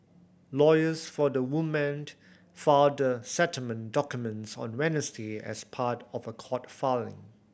lawyers for the woman filed the settlement documents on Wednesday as part of a court filing